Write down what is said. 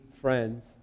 friends